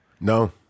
No